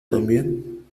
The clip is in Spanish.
también